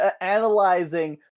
analyzing